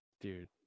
dude